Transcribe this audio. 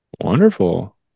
wonderful